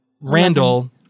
Randall